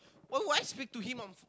why would I speak to him on